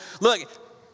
Look